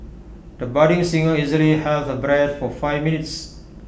the budding singer easily held her breath for five minutes